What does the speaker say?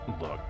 look